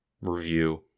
review